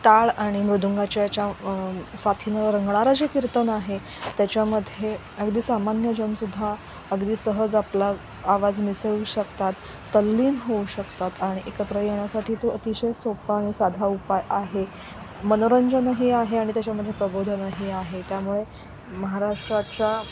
टाळ आणि मृदुंगाच्या याच्या साथीनं रंगणारं जे कीर्तन आहे त्याच्यामध्ये अगदी सामान्यजण सुद्धा अगदी सहज आपला आवाज मिसळू शकतात तल्लीन होऊ शकतात आणि एकत्र येण्यासाठी तो अतिशय सोपा आणि साधा उपाय आहे मनोरंजनही आहे आणि त्याच्यामध्ये प्रबोधनही आहे त्यामुळे महाराष्ट्राच्या